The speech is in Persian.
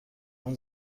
اون